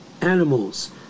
animals